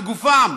בגופם,